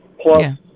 plus